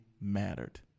mattered